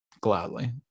gladly